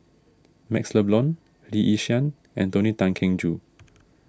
MaxLe Blond Lee Yi Shyan and Tony Tan Keng Joo